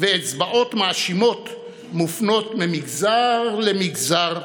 ואצבעות מאשימות מופנות ממגזר למגזר,